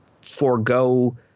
forego –